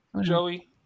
Joey